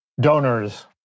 donors